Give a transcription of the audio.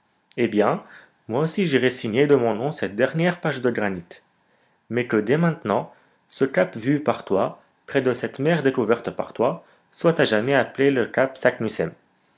eh bien moi aussi j'irai signer de mon nom cette dernière page de granit mais que dès maintenant ce cap vu par toi près de cette mer découverte par toi soit à jamais appelé le cap